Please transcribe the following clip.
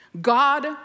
God